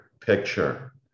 picture